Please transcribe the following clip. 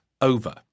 over